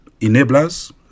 enablers